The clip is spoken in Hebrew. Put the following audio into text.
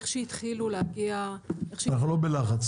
איך שהתחילו להגיע -- אנחנו לא בלחץ,